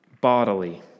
bodily